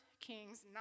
Kings